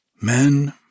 Men